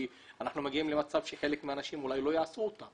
כי אנחנו מגיעים למצב שחלק מהנשים אולי לא יעשו אותן